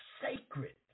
sacred